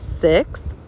Six